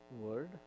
word